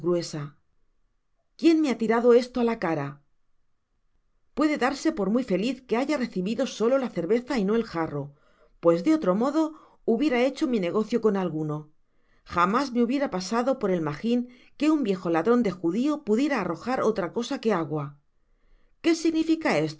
gruesaquién me ha tirado esto á la cara puede darse por muy feliz que haya recibido solo la cerveza y no el jarro piies de otro modo hubiera hecho mi negocio con alguno jamás me hubiera pasado por el magin que un viejo ladron de judio pudiera arrojar otra cosa que agua que significa todo esto